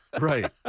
right